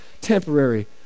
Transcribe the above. temporary